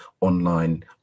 online